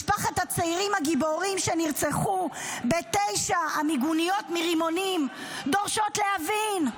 משפחות הצעירים הגיבורים שנרצחו בתשע המיגוניות מרימונים דורשות להבין,